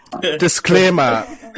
Disclaimer